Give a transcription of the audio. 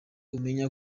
umenya